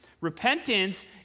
Repentance